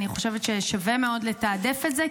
אני חושבת ששווה מאוד לתעדף את זה,